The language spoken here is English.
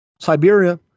Siberia